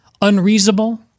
unreasonable